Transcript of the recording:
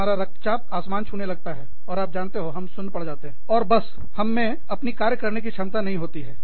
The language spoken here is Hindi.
हमारा रक्तचाप आसमान छूने लगता है और आप जानते हो हम सुन्न पड़ जाते हैं और बस हमें अपनी कार्य करने की क्षमता नहीं होती है